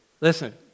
Listen